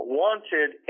wanted